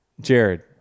Jared